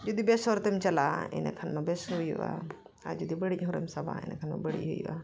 ᱡᱩᱫᱤ ᱵᱮᱥ ᱦᱚᱨᱛᱮᱢ ᱪᱟᱞᱟᱜᱼᱟ ᱤᱱᱟᱹ ᱠᱷᱟᱱᱢᱟ ᱵᱮᱥ ᱦᱩᱭᱩᱜᱼᱟ ᱟᱨ ᱡᱩᱫᱤ ᱵᱟᱹᱲᱤᱡ ᱦᱚᱨᱮᱢ ᱥᱟᱵᱟ ᱤᱱᱟᱹ ᱠᱷᱟᱱᱢᱟ ᱵᱟᱹᱲᱤᱡ ᱦᱩᱭᱩᱜᱼᱟ